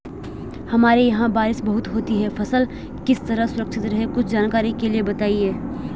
हमारे यहाँ बारिश बहुत होती है फसल किस तरह सुरक्षित रहे कुछ जानकारी के लिए बताएँ?